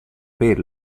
per